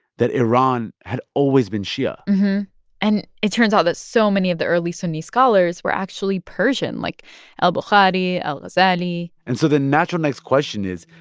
that iran had always been shia and it turns out that so many of the early sunni scholars were actually persian, like al-bukhari, al-ashari and so the natural next question is,